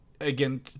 again